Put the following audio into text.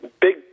big